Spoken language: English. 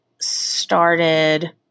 started